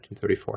1934